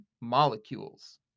molecules